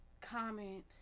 comment